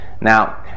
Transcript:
Now